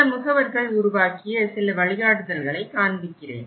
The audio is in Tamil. சில முகவர்கள் உருவாக்கிய சில வழிகாட்டுதல்களை காண்பிக்கிறேன்